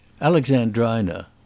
Alexandrina